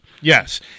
Yes